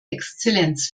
exzellenz